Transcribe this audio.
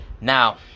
Now